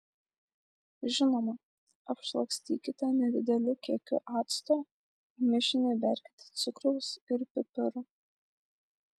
žinoma apšlakstykite nedideliu kiekiu acto į mišinį įberkite cukraus ir pipirų